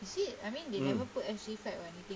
mm